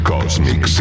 Cosmic